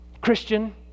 Christian